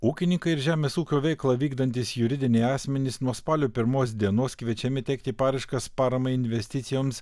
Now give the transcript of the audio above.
ūkininkai ir žemės ūkio veiklą vykdantys juridiniai asmenys nuo spalio pirmos dienos kviečiami teikti paraiškas paramai investicijoms